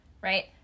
right